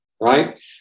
Right